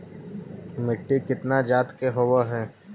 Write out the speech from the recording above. मिट्टी कितना जात के होब हय?